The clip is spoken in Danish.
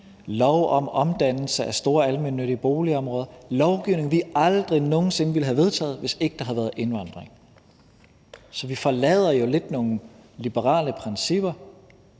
lov om omdannelse af store almennyttige boligområder. Det er lovgivning, som vi aldrig nogen sinde ville have vedtaget, hvis ikke der havde været indvandring. Så vi forlader jo lidt nogle liberale principper